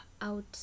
out